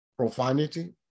Profanity